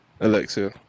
Alexia